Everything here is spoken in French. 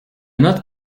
note